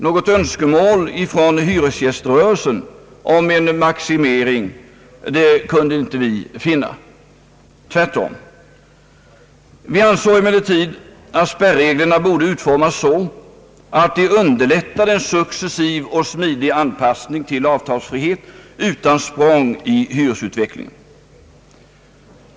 Något önskemål från hyresgäströrelsen om en maximering kunde inte vi finna, utan tvärtom. Vi ansåg emellertid att spärreglerna borde utformas så att de underlättade en successiv och smidig anpassning till avtalsfrihet utan språng i hyresutvecklingen.